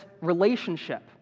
relationship